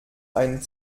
ein